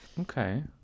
Okay